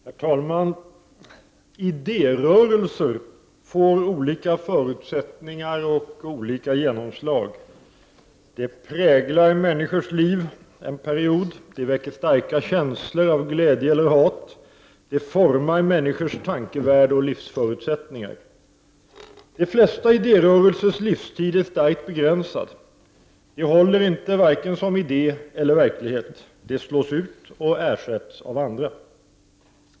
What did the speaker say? Herr talman! Idérörelser får olika förutsättningar och olika genomslag. De präglar människors liv en period, de väcker starka känslor av glädje eller hat, de formar människors tankevärld och livsförutsättningar. De flesta idérörelsers livstid är starkt begränsad. De håller inte, vare sig som idé eller verklighet, de slås ut och ersätts av andra.